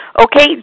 Okay